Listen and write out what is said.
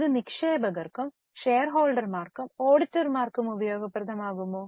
ഇത് നിക്ഷേപകർക്കും ഷെയർഹോൾഡർമാർക്കും ഓഡിറ്റർമാർക്കും ഉപയോഗപ്രദമാകുമോ